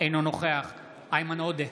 אינו נוכח איימן עודה,